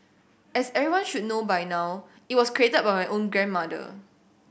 as everyone should know by now it was created by my own grandmother